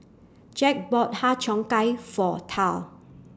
Jack bought Har Cheong Gai For Tal